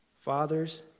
Fathers